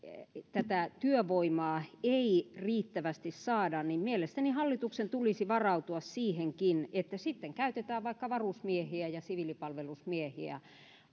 tätä työvoimaa ei riittävästi saada niin mielestäni hallituksen tulisi varautua siihenkin että sitten käytetään vaikka varusmiehiä ja siviilipalvelusmiehiä